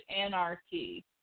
Anarchy